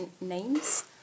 names